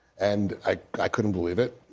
and i i couldn't believe it.